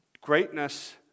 Greatness